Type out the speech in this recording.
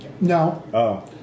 no